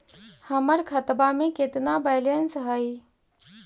हमर खतबा में केतना बैलेंस हई?